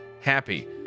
happy